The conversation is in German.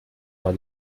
war